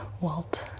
Walt